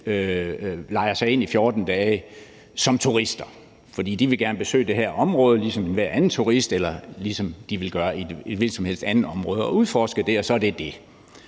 lejer sig ind i 14 dage som turister, fordi de gerne vil besøge det her område ligesom enhver anden turist, eller ligesom de ville gøre i et hvilken som helst andet område, og udforske det, og så er det det,